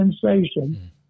sensation